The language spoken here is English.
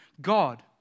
God